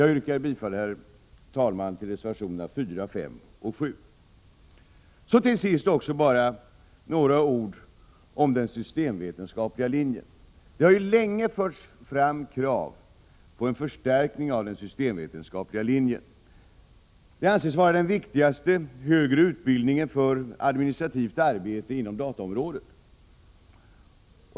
Jag yrkar bifall till reservationerna 4, 5 och 7. Så några ord om den systemvetenskapliga linjen. Det har länge förts fram krav på en förstärkning av den systemvetenskapliga linjen. Det anses vara den viktigaste högre utbildningen för administrativt arbete inom dataområdet.